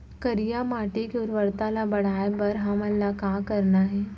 करिया माटी के उर्वरता ला बढ़ाए बर हमन ला का करना हे?